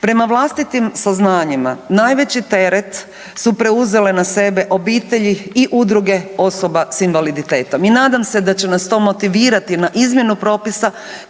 Prema vlastitim saznanjima najveći teret su preuzele na sebe obitelji i udruge osoba s invaliditetom i nadam se da će nas to motivirati na izmjenu propisa